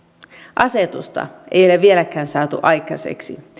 asetusta ei ei ole vieläkään saatu aikaiseksi